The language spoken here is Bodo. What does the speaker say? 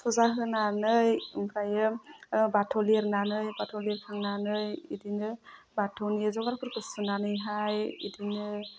फुजा होनानै ओमफायो बाथौ लिरनानै बाथौ लिरखांनानै इदिनो बाथौनि जगारफोरखौ सुनानैहाय इदिनो